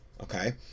okay